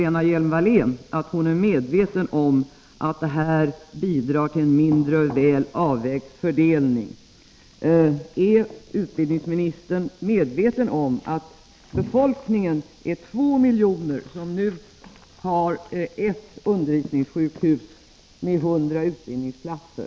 Lena Hjelm-Wallén säger att hon är medveten om att detta bidrar till en mindre väl avvägd fördelning. Är utbildningsministern också medveten om att det här är fråga om 2 miljoner människor som har 1 undervisningssjukhus med 100 utbildningsplatser?